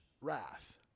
wrath